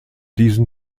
diesen